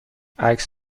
عکس